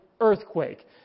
earthquake